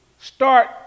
start